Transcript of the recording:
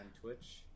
Twitch